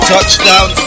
Touchdown